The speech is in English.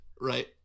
right